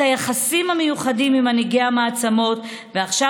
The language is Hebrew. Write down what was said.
את היחסים המיוחדים עם מנהיגי המעצמות ועכשיו